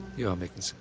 you are making